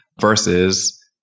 versus